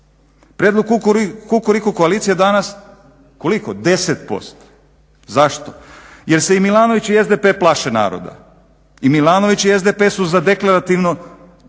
Prijedlog Kukuriku koalicije danas je koliko 10%? Zašto? Jer se i Milanović i SDP plaše naroda. I Milanović i SDP su za deklarativno